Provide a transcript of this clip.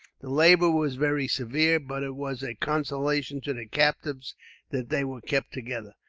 the labour was very severe, but it was a consolation to the captives that they were kept together.